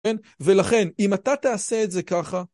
ולכן, אם אתה תעשה את זה ככה...